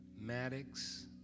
Maddox